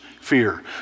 fear